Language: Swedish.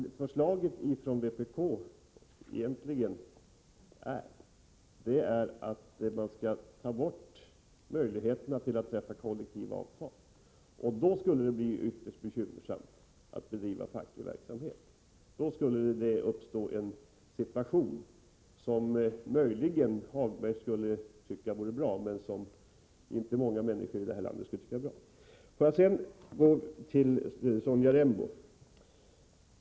Förslaget från vpk går egentligen ut på att man skall ta bort möjligheterna att träffa kollektivavtal. Då skulle det bli ytterst bekymmersamt att bedriva facklig verksamhet. Det skulle uppstå en situation som möjligen Lars-Ove Hagberg, men inte många andra människor i det här landet tycker är bra. Sedan till Sonja Rembo.